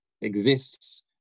exists